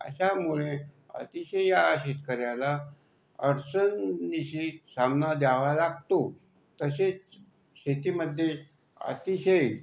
अशामुळे अतिशय या शेतकऱ्याला अडचणीशी सामना द्यावा लागतो तसेच शेतीमध्ये अतिशय